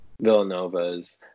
Villanova's